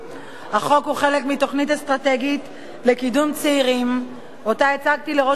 החוק הוא חלק מתוכנית אסטרטגית לקידום צעירים שאותה הצגתי לראש הממשלה,